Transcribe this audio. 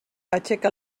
aixeca